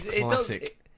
Classic